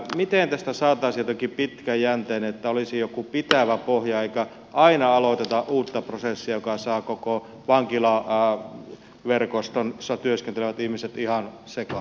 miten tästä saataisiin jotenkin pitkäjänteinen että olisi joku pitävä pohja eikä aina aloiteta uutta prosessia joka saa koko vankilaverkostossa työskentelevät ihmiset ihan sekaisin